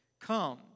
Come